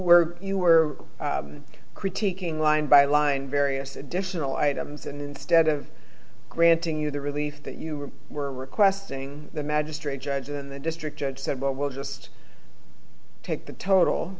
were you were critiquing line by line various additional items and instead of granting you the relief that you were requesting the magistrate judge and the district judge said well we'll just take the total